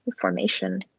formation